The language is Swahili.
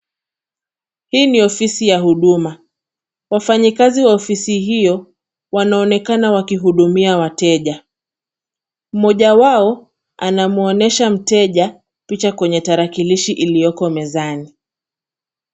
Hii ni offisi ya huduma ,wafanyikazi wa offisi iyo wanaonekana wakihudumia wateja. Mmoja wao anamuonesha mteja picha kwenye tarakilishi ilioko mezani.